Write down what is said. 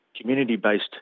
community-based